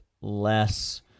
less